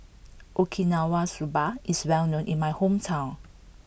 Okinawa Soba is well known in my hometown